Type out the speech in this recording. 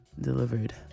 delivered